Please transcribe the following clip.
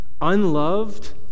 unloved